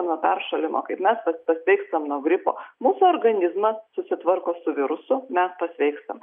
nuo peršalimo kaip mes pasveikstam nuo gripo mūsų organizmas susitvarko su virusu mes pasveikstam